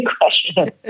question